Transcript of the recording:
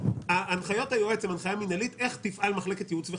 הנחיות היועץ הן הנחיה מינהלית איך תפעל מחלקת ייעוץ וחקיקה.